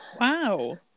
Wow